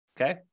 okay